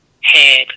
head